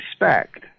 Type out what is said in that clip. respect